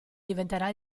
diventerà